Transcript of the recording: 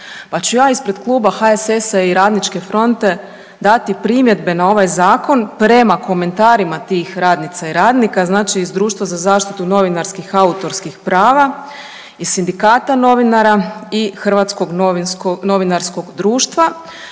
Pa ću ja ispred kluba HSS-a i Radničke fronte dati primjedbe na ovaj zakon prema komentarima tih radnica i radnika, znači iz Društva za zaštitu novinarskih autorskih prava i Sindikata novinara i Hrvatskog novinarskog društva